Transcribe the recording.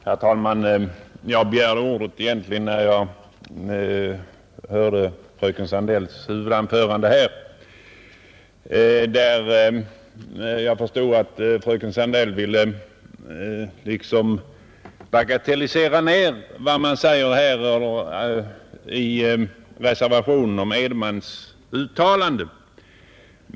Herr talman! Jag begärde egentligen ordet när jag hörde fröken Sandells huvudanförande. Jag förstod att fröken Sandell ville liksom bagatellisera vad man i reservationen säger om Edenmans uttalande.